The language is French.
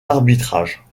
arbitrage